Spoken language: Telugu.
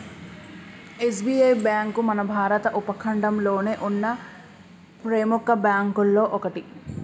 ఎస్.బి.ఐ బ్యేంకు మన భారత ఉపఖండంలోనే ఉన్న ప్రెముఖ బ్యేంకుల్లో ఒకటి